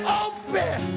open